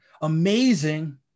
amazing